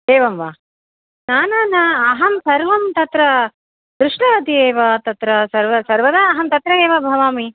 एवं वा न न न अहं सर्वं तत्र दृष्टवती एव तत्र सर्व सर्वदा अहं तत्र एव भवामि